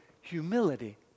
humility